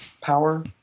power